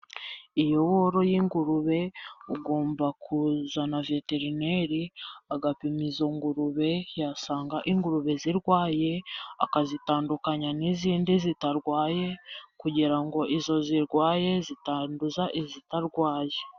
Iyo woroye ingurube, ugomba kuzana veterineri agapima izo ngurube. Yasanga ingurube zirwaye, akazitandukanya n'izindi zitarwaye, kugira ngo izo zirwaye zitanduza izitarwaye.